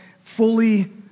fully